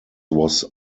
was